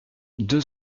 deux